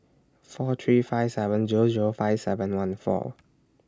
four three five seven Zero Zero five seven one four